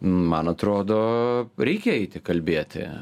man atrodo reikia eiti kalbėti